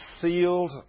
sealed